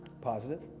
Positive